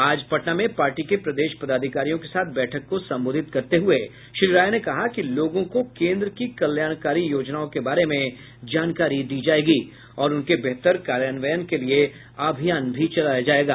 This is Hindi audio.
आज पटना में पार्टी के प्रदेश पदाधिकारियों के साथ बैठक को संबोधित करते हुये श्री राय ने कहा कि लोगों को केन्द्र की कल्याणकारी योजनाओं के बारे में जानकारी दी जायेगी और उनके बेहतर कार्यान्वयन के लिए अभियान भी चलाया जायेगा